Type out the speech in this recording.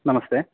नमस्ते